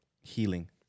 healing